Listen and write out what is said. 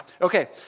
Okay